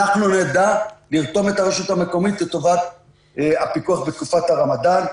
אנחנו נדע לרתום את הרשות המקומית לטובת הפיקוח בתקופת הרמדאן.